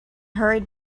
hurried